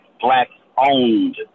Black-owned